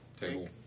table